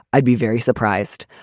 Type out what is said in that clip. i'd be very surprised.